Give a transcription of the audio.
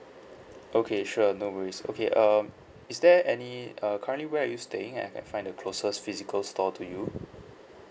okay sure no worries okay um is there any uh currently where are you staying I can find the closest physical store to you